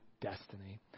destiny